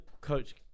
coach